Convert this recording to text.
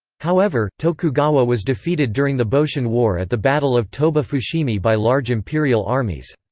however, tokugawa was defeated during the boshin war at the battle of toba-fushimi by large imperial armies.